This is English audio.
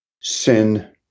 sin